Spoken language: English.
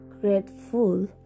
grateful